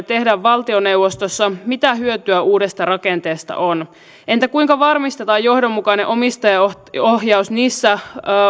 tehdään valtioneuvostossa mitä hyötyä uudesta rakenteesta on entä kuinka varmistetaan johdonmukainen omistajaohjaus niissä